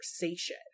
conversation